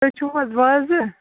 تُہۍ چھِو حَظ وازٕ